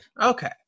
Okay